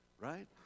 right